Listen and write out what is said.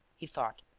he thought,